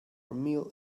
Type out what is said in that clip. meal